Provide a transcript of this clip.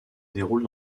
déroule